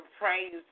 praise